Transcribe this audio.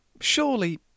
Surely